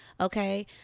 okay